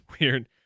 Weird